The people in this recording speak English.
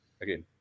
again